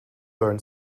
learn